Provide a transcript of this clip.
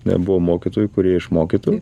nebuvo mokytojų kurie išmokytų